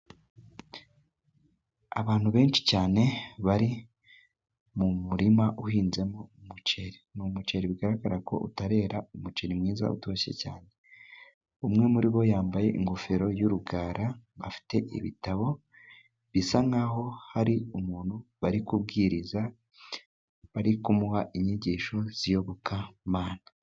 Abantu benshi cyane bari mu murima uhinzemo umuceri. Ni umuceri bigaragara ko utarera, umuceri mwiza utoshye cyane. Umwe muri bo yambaye ingofero y'urugara, afite ibitabo bisa nk'aho hari umuntu bari kubwiriza, bari kumuha inyigisho z'Iyobokamana.